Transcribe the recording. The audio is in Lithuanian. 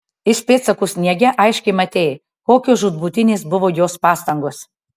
iš pėdsakų sniege aiškiai matei kokios žūtbūtinės buvo jos pastangos